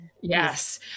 yes